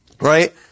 right